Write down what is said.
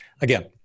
again